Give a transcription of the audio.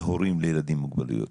הורים לילדים עם מוגבלויות.